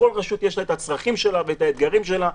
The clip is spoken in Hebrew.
לכל רשות יש את הצרכים שלה ואת האתגרים שלה.